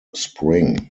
spring